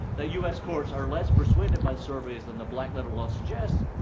that u s. courts are less persuaded by surveys than the black-letter law suggests,